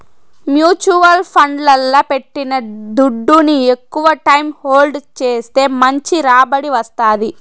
mutual ఫండ్లల్ల పెట్టిన దుడ్డుని ఎక్కవ టైం హోల్డ్ చేస్తే మంచి రాబడి వస్తాది